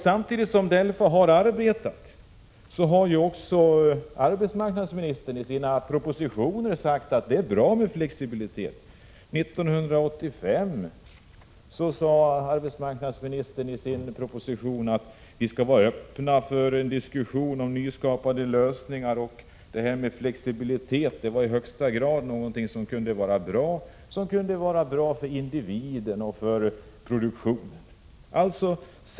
Samtidigt som DELFA arbetat har arbetsmarknadsministern i sina propositioner sagt att det är bra med flexibilitet. År 1985 sade arbetsmarknadsministern att vi skall vara öppna för en diskussion om nyskapande lösningar. Detta med flexibilitet var i högsta grad något som kunde vara bra för individen och produktionen.